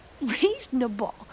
Reasonable